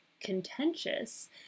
contentious